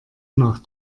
nach